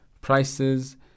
prices